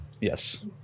Yes